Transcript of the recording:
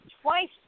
twice